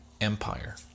empire